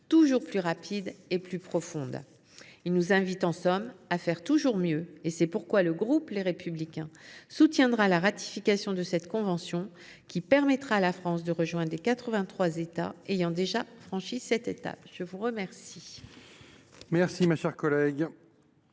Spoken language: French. toujours plus rapides et plus profondes. Ils nous invitent, en somme, à faire toujours mieux, et c’est pourquoi le groupe Les Républicains soutiendra la ratification de cette convention, qui permettra à la France de rejoindre les quatre vingt trois États ayant déjà franchi cette étape. La parole